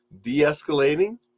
de-escalating